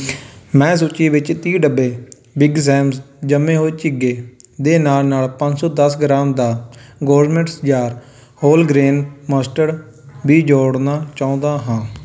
ਮੈਂ ਸੂਚੀ ਵਿੱਚ ਤੀਹ ਡੱਬੇ ਬਿੱਗ ਜ਼ੈਮਸ ਜੰਮੇ ਹੋਏ ਝਿੱਗੇ ਦੇ ਨਾਲ ਨਾਲ ਪੰਜ ਸੌ ਦਸ ਗ੍ਰਾਮ ਦਾ ਗੋਰਮੇਟਸ ਜਾਰ ਹੋਲਗਰੇਨ ਮਸਟਰਡ ਵੀ ਜੋੜਨਾ ਚਾਹੁੰਦਾ ਹਾਂ